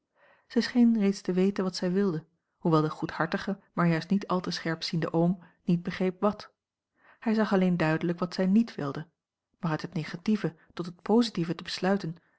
scheen reeds te weten wat zij wilde hoewel de goedhartige maar juist niet al te scherpziende oom niet begreep wat hij zag alleen duidelijk wat zij niet wilde maar uit het negatieve tot het positieve te besluiten